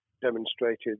demonstrated